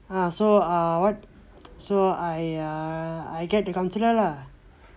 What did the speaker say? ah so ah what so I uh I get the counsellor lah